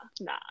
nah